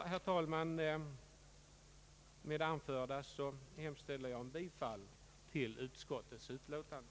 Herr talman! Med det anförda hemställer jag om bifall till utskottets utlåtande.